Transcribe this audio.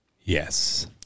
Yes